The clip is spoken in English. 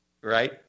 Right